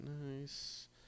Nice